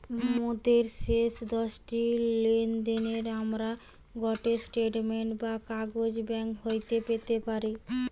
মোদের শেষ দশটি লেনদেনের আমরা গটে স্টেটমেন্ট বা কাগজ ব্যাঙ্ক হইতে পেতে পারি